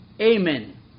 Amen